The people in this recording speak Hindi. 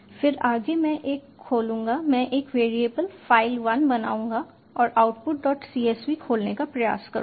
फिर आगे मैं एक खोलूंगा मैं एक वैरिएबल file1 बनाऊंगा और outputcsv खोलने का प्रयास करूंगा